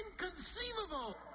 Inconceivable